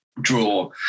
draw